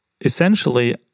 essentially